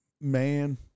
man